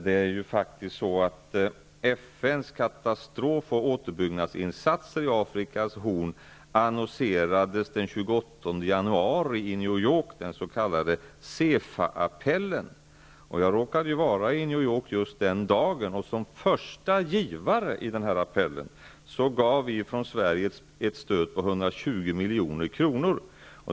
Det är ju faktiskt så att FN:s katastrof och återuppbyggnadsinsatser inom Afrikas Horn annonserades den 28 januari i New York. Det var den s.k. SEPHA-appellen. Jag råkade vara i New York just den dagen, och som första givare bland dem som står bakom appellen gav Sverige ett stöd på 120 milj.kr.